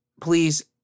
please